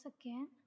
again